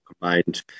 combined